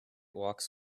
walks